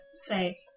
Say